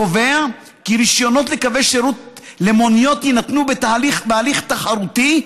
קובע כי רישיונות לקווי שירות למוניות יינתנו בהליך תחרותי,